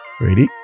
ready